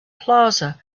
plaza